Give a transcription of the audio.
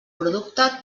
producte